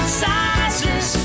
sizes